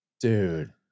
dude